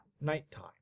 nighttime